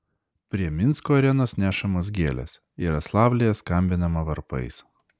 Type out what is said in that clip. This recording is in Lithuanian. prie minsko arenos nešamos gėlės jaroslavlyje skambinama varpais